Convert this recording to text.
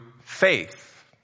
faith